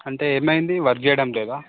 అంటే ఏమైందీ వర్క్ చేయడం లేదా